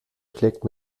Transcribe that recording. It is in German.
schlägt